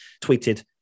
tweeted